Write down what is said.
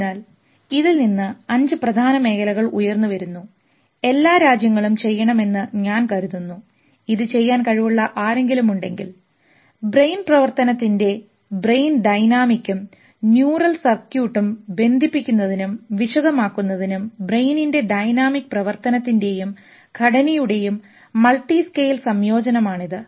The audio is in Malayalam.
അതിനാൽ ഇതിൽ നിന്ന് അഞ്ച് പ്രധാന മേഖലകൾ ഉയർന്നുവരുന്നു എല്ലാ രാജ്യങ്ങളും ചെയ്യണമെന്ന് ഞാൻ കരുതുന്നു ഇത് ചെയ്യാൻ കഴിവുള്ള ആരെങ്കിലും ഉണ്ടെങ്കിൽ ബ്രെയിൻ പ്രവർത്തനത്തിൻറെ ബ്രെയിൻ ഡൈനാമിക്കും ന്യൂറൽ സർക്യൂട്ടും ബന്ധിപ്പിക്കുന്നതിനും വിശദമാക്കുന്നതിനും ബ്രെയിനിൻറെ ഡൈനാമിക് പ്രവർത്തനത്തിൻറെയും ഘടനയുടെയും മൾട്ടി സ്കെയിൽ സംയോജനമാണ് ഇത്